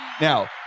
now